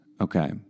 okay